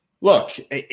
look